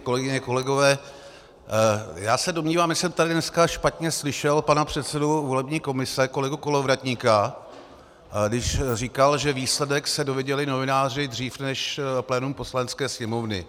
Kolegyně, kolegové, já se domnívám, že jsem tady dneska špatně slyšel pana předsedu volební komise kolegu Kolovratníka, když říkal, že výsledek se dozvěděli novináři dřív než plénum Poslanecké sněmovny.